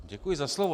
Děkuji za slovo.